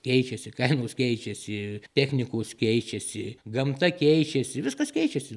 keičiasi kainos keičiasi technikos keičiasi gamta keičiasi viskas keičiasi